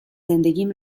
زندگیم